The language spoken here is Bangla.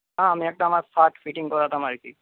হ্যাঁ আমি একটা আমার শার্ট ফিটিং করাতাম আরকি